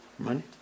Money